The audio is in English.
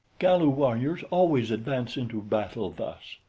galu warriors always advance into battle thus,